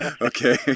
Okay